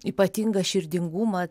ypatingą širdingumą